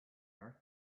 earth